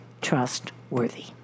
trustworthy